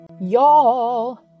Y'all